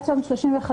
עד תום 30 חודשים.